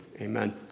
amen